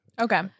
Okay